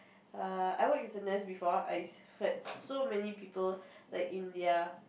err I work in before I heard so many people like in their